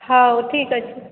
ହଉ ଠିକ୍ ଅଛି